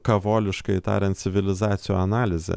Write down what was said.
kavoliškai tariant civilizacijų analizė